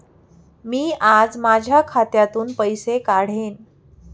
मी आज माझ्या खात्यातून पैसे काढेन